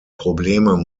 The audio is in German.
probleme